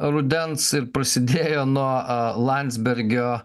rudens ir prasidėjo nuo landsbergio